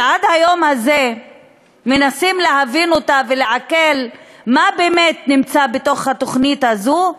שעד היום הזה מנסים להבין אותה ולעכל מה באמת נמצא בתוך התוכנית הזו,